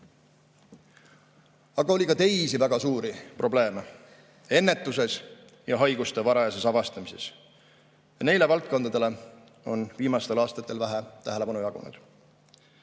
Aga oli ka teisi väga suuri probleeme – ennetuses ja haiguste varajases avastamises. Neile valdkondadele on viimastel aastatel vähe tähelepanu jagunud.